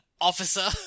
officer